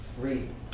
reason